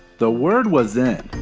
the word was in.